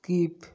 skip